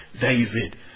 David